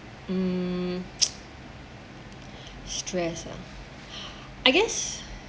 um stress ah I guess